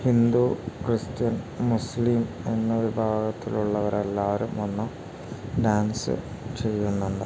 Hindu Christian Muslim എന്ന വിഭാഗത്തിലുള്ളവരെല്ലാവരും വന്ന് ഡാൻസ് ചെയ്യുന്നുണ്ട്